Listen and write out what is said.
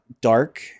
dark